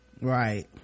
Right